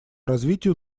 развитию